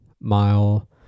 mile